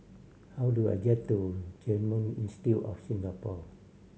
how do I get to Genome Institute of Singapore